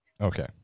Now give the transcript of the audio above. Okay